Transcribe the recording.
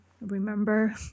remember